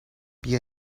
بیا